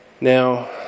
Now